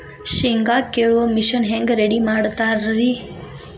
ಶೇಂಗಾ ಕೇಳುವ ಮಿಷನ್ ಹೆಂಗ್ ರೆಡಿ ಮಾಡತಾರ ರಿ?